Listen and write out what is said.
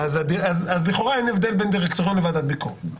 אז לכאורה אין הבדל בין דירקטוריון לוועדת ביקורת.